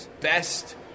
best